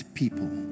people